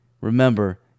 Remember